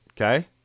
okay